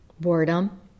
boredom